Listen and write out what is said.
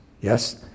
Yes